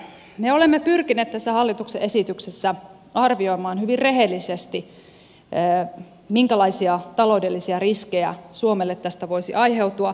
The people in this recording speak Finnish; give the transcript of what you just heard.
me olemme pyrkineet tässä hallituksen esityksessä arvioimaan hyvin rehellisesti minkälaisia taloudellisia riskejä suomelle tästä voisi aiheutua